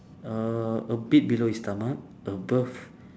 uh a bit below his stomach above